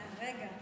רגע.